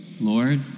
Lord